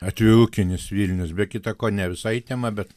atvirukinis vilnius be kita ko ne visai į temą bet